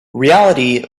reality